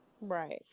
Right